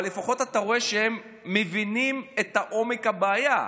אבל לפחות אתה רואה שהם מבינים את עומק הבעיה.